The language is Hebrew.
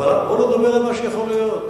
בוא לא נדבר על מה שיכול להיות.